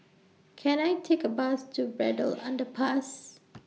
Can I Take A Bus to Braddell Underpass